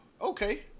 Okay